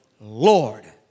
Lord